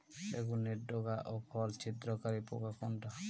বেগুনের ডগা ও ফল ছিদ্রকারী পোকা কোনটা?